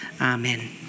amen